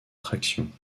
traction